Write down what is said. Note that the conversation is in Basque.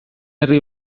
herri